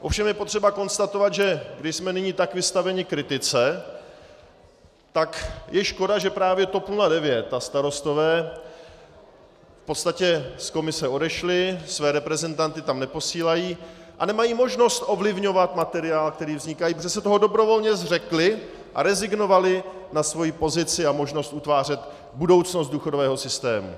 Ovšem je potřeba konstatovat, že když jsme nyní tak vystaveni kritice, tak je škoda, že právě TOP 09 a Starostové v podstatě z komise odešli, své reprezentanty tam neposílají a nemají možnost ovlivňovat materiály, které vznikají, protože se toho dobrovolně zřekli a rezignovali na svoji pozici a možnost utvářet budoucnost důchodového systému.